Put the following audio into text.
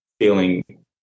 feeling